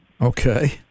Okay